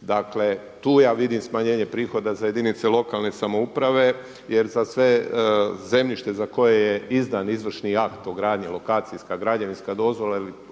dakle tu ja vidim smanjenje prihoda za jedinice lokalne samouprave. Jer za sve zemljište za koje je izdan izvršni akt o gradnji lokacijska, građevinska dozvola ili